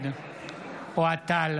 נגד אוהד טל,